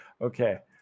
okay